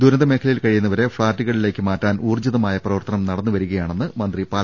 ദുരന്തമേഖലയിൽ കഴിയുന്നവരെ ഫ്ളാറ്റുകളിലേക്ക് മാറ്റാൻ ഊർജ്ജിതമായ പ്രവർത്തനം നടന്നുവരികയാ ണെന്ന് മന്ത്രി പാലക്കാട്ട് അറിയിച്ചു